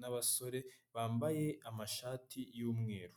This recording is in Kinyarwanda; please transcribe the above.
n'abasore bambaye amashati y'umweru.